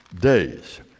Days